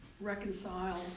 reconcile